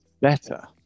better